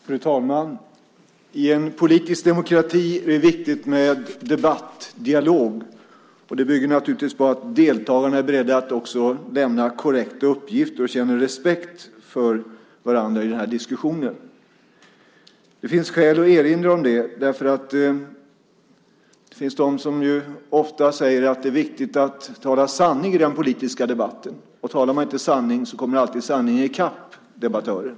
Fru talman! I en politisk demokrati är det viktigt med debatt och dialog. Och det bygger naturligtvis på att deltagarna också är beredda att lämna korrekta uppgifter och känner respekt för varandra i denna diskussion. Det finns skäl att erinra om det därför att det finns de som ofta säger att det är viktigt att tala sanning i den politiska debatten. Och om man inte talar sanning så kommer sanningen alltid i kapp debattören.